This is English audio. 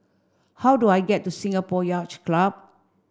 how do I get to Singapore Yacht Club